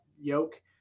yoke